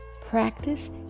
practice